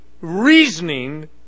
reasoning